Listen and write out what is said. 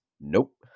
Nope